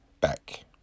back